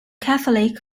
catholic